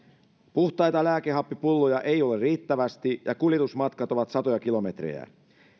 puhtaita lääkehappipulloja ei ole riittävästi ja kuljetusmatkat ovat satoja kilometrejä